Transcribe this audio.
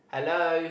hello